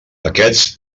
aquests